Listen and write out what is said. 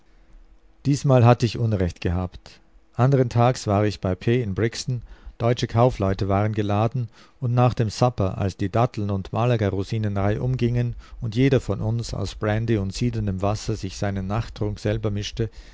diesmal hatt ich unrecht gehabt andren tags war ich bei p in brixton deutsche kaufleute waren geladen und nach dem supper als die datteln und malaga rosinen reihum gingen und jeder von uns aus brandy und siedendem wasser sich seinen nachttrunk selber mischte